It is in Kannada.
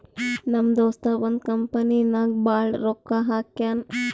ನಮ್ ದೋಸ್ತ ಒಂದ್ ಕಂಪನಿ ನಾಗ್ ಭಾಳ್ ರೊಕ್ಕಾ ಹಾಕ್ಯಾನ್